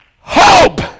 hope